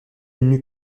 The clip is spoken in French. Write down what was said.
n’eut